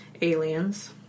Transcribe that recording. Aliens